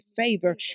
favor